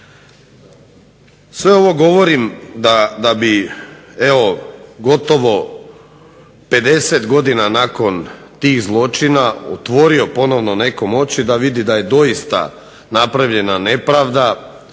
Sve ovo govorim da bih evo gotovo 50 godina nakon tih zločina otvorio ponovno nekom oči da vidi da je doista napravljena nepravda